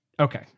Okay